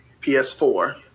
PS4